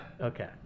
Okay